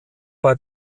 bei